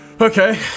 Okay